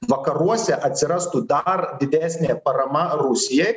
vakaruose atsirastų dar didesnė parama rusijai